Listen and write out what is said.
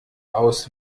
aus